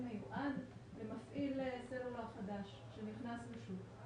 מיועד למפעיל סלולר חדש שנכנס לשוק.